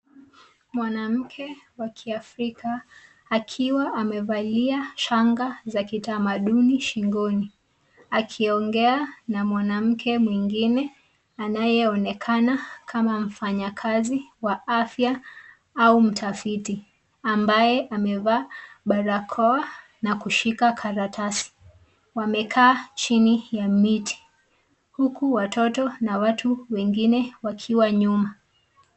Mwanamke wa kiafrika akiwa amevalia shanga za kitamaduni shingoni ,akiongea na mwanamke mwingine anaye onekana kama mfanyakazi wa afya au mtafiti, ambaye amevaa barakoa na kushika karatasi, wamekaa chini ya miti huku watoto na watu wengine wakiwa nyuma.